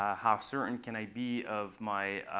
ah how certain can i be of my